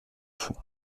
fond